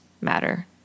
Matter